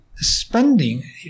spending